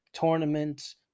tournaments